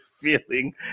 feeling